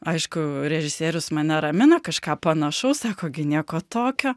aišku režisierius mane ramina kažką panašaus sako gi nieko tokio